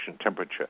temperature